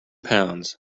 pounds